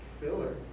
filler